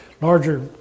larger